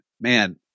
man